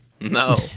No